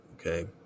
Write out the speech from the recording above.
Okay